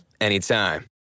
anytime